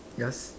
yours